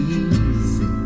easy